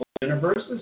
universes